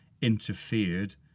interfered